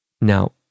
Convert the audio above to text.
Now